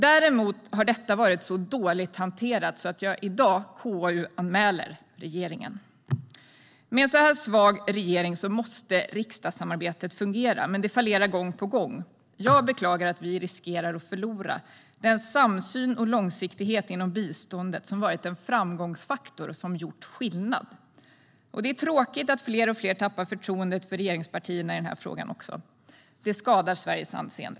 Däremot har detta varit så dåligt hanterat att jag i dag KU-anmäler regeringen. Med en så här svag regering måste riksdagssamarbetet fungera, men det fallerar gång på gång. Jag beklagar att vi riskerar att förlora den samsyn och långsiktighet inom biståndet som varit en framgångsfaktor och som gjort skillnad. Det är tråkigt att fler och fler tappar förtroendet för regeringspartierna också i den här frågan. Det skadar Sveriges anseende.